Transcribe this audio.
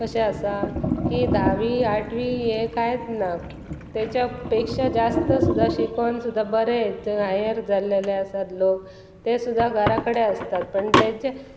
कशें आसा की धावी आठवी हे कांयच ना तेच्या पेक्षा जास्त सुद्दा शिकून सुद्दा बरें हायर जाल्लेले आसात लोक ते सुद्दा घरा कडेन आसतात पण तेचे